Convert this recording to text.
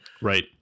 Right